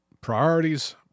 priorities